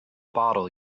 bottle